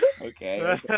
Okay